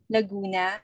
Laguna